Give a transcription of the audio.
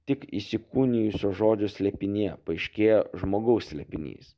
tik įsikūnijusio žodžio slėpinyje paaiškėjo žmogaus slėpinys